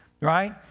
right